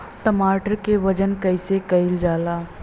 टमाटर क वजन कईसे कईल जाला?